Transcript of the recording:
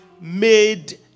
made